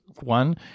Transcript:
one